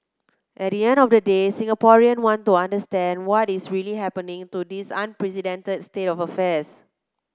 at the end of the day Singaporean want to understand what is really happening to this unprecedented state of affairs